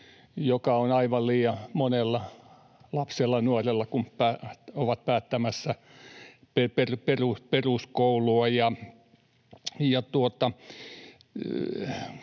joka on aivan liian monella lapsella ja nuorella, kun ovat päättämässä peruskoulua.